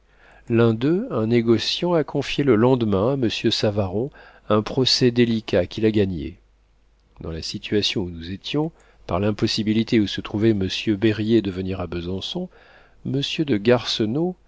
l'un d'eux un négociant a confié le lendemain à monsieur savaron un procès délicat qu'il a gagné dans la situation où nous étions par l'impossibilité où se trouvait monsieur berryer de venir à besançon monsieur de